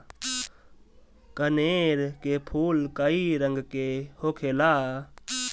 कनेर के फूल कई रंग के होखेला